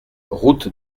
route